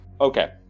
Okay